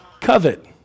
covet